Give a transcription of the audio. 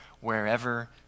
wherever